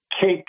cake